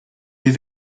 wir